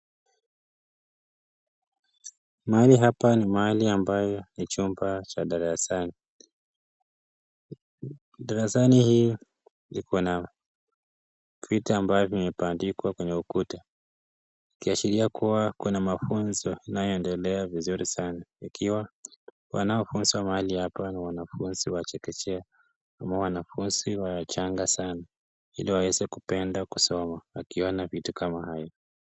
Mahali hapa ni mahali amayo ni chumba cha darasani, darasani hii iko na vitu ambavyo vimebandikwa kwenye ukuta ikiashiria kua kuna mafunzo inayoendelea vizuri sana, ikiwa wanao funzwa hapa ni wanafunzi wa chekechea ama wanafunzi wachanga sana ili waweze kupenda kusoma wakiona vitu kama haya.